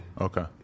Okay